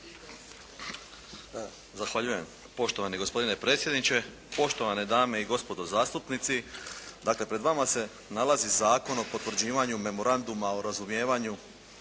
Zahvaljujem. Poštovani gospodine predsjedniče, poštovane dame i gospodo zastupnici. Dakle, pred vama se nalazi Zakon o potvrđivanju Memoranduma o razumijevanju